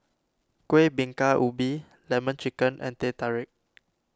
Kueh Bingka Ubi Lemon Chicken and Teh Tarik